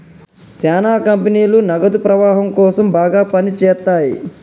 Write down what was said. శ్యానా కంపెనీలు నగదు ప్రవాహం కోసం బాగా పని చేత్తయ్యి